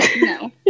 No